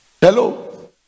Hello